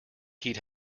heat